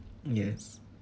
yes